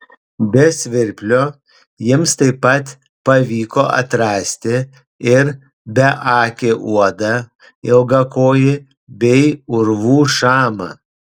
be svirplio jiems taip pat pavyko atrasti ir beakį uodą ilgakojį bei urvų šamą